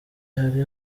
hari